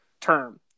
term